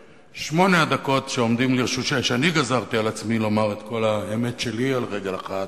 בשמונה הדקות שאני גזרתי על עצמי לומר בהן את כל האמת שלי על רגל אחת,